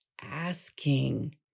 asking